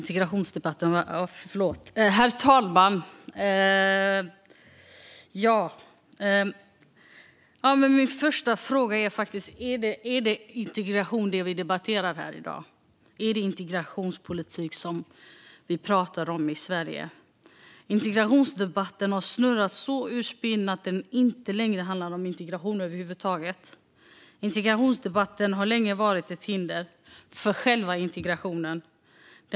Herr talman! Är det integration vi debatterar här i dag? Är det integrationspolitik vi pratar om i Sverige? Integrationsdebatten har snurrat så ur spinn att den inte längre handlar om integration över huvud taget. Integrationsdebatten har länge varit ett hinder för själva integrationen.